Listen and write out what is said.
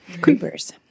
creepers